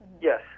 Yes